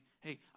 Hey